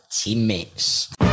teammates